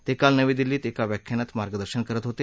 ते काल नवी दिल्लीत एका व्याख्यानात मार्गदर्शन करत होते